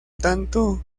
tanto